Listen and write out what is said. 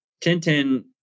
Tintin